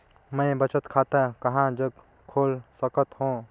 मैं बचत खाता कहां जग खोल सकत हों?